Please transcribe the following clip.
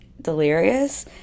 delirious